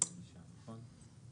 נכון?